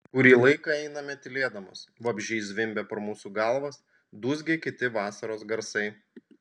kurį laiką einame tylėdamos vabzdžiai zvimbia pro mūsų galvas dūzgia kiti vasaros garsai